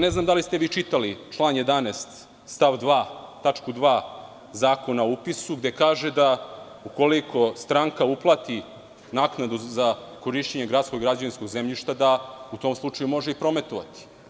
Ne znam da li ste čitali član 11. stav 2. tačku 2. Zakona o upisu, gdekaže da ukoliko stranka uplati naknadu za korišćenje gradskog građevinskog zemljišta da u tom slučaju može i prometovati.